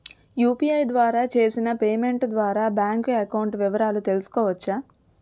UPI ద్వారా చేసిన payment ద్వారా బ్యాంక్ అకౌంట్ వివరాలు తెలుసుకోవచ్చ?